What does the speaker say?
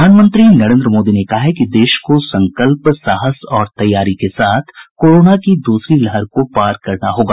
प्रधानमंत्री नरेंद्र मोदी ने कहा है कि देश को संकल्प साहस और तैयारी के साथ कोरोना की दूसरी लहर को पार करना होगा